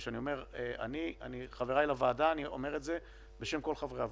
וכשאני אומר "אנחנו" אני אומר את זה בשם כל חברי הוועדה.